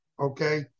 okay